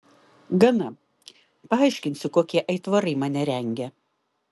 gana paaiškinsiu kokie aitvarai mane rengia